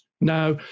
Now